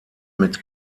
mit